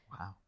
wow